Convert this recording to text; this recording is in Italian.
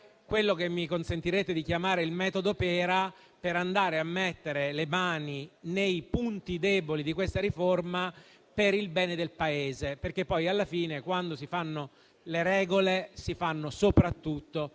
quello che mi consentirete di chiamare il metodo Pera, per andare a mettere le mani nei punti deboli di questa riforma per il bene del Paese. Alla fine, quando si fanno le regole, si fanno soprattutto